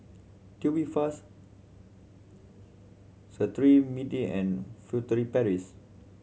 Tubifast Cetrimide and Furtere Paris